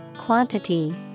quantity